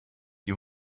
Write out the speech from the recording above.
you